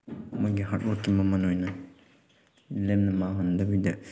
ꯃꯣꯏꯒꯤ ꯍꯥꯔꯠ ꯋꯥꯛꯀꯤ ꯃꯃꯜ ꯑꯣꯏꯅ ꯂꯦꯝꯅ ꯃꯥꯡꯍꯟꯗꯕꯤꯗ